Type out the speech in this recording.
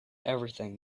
everything